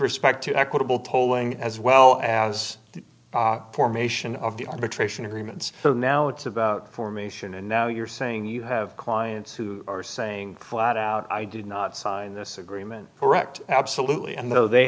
respect to equitable tolling as well as the formation of the arbitration agreements so now it's about formation and now you're saying you have clients who are saying flat out i did not sign this agreement correct absolutely and though they